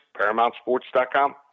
ParamountSports.com